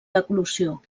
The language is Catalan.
deglució